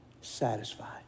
satisfied